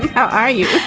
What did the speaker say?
are you?